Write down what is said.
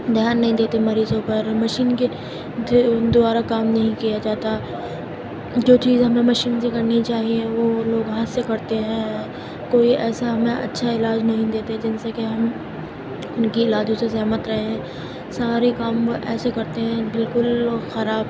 دھیان نہیں دیتے مریضوں پر مشین کے دوارا کام نہیں کیا جاتا جو چیز ہمیں مشین سے کرنی چاہیے وہ لوگ ہاتھ سے کرتے ہیں کوئی ایسا ہمیں اچھا علاج نہیں دیتے جن سے کہ ہم ان کی علاجوں سے سہمت رہیں سارے کام وہ ایسے کرتے ہیں بالکل وہ خراب